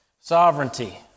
Sovereignty